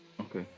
Okay